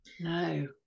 no